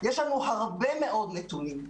יש לנו הרבה מאוד נתונים,